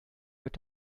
wird